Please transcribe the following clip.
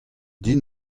din